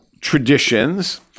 traditions